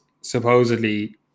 supposedly